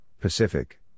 Pacific